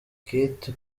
kate